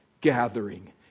gathering